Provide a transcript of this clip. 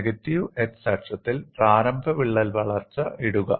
negative x അക്ഷത്തിൽ പ്രാരംഭ വിള്ളൽ ഇടുക